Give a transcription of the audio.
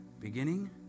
Beginning